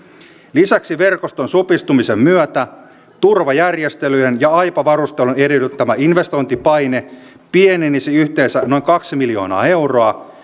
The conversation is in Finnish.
lisäksi verkoston supistumisen myötä turvajärjestelyjen ja aipa varustelun edellyttämä investointipaine pienenisi yhteensä noin kaksi miljoonaa euroa